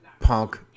punk